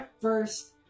first